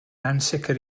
ansicr